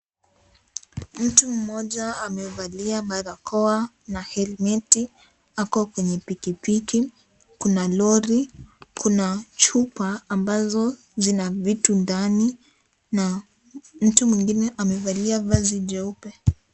Mtu mmoja amevalia balakoa na helmet ,ako kwenye pikipiki, kuna lori, kuna chupa ambazo zina vitu ndani na mtu mwingine amevalia vazi jeupe.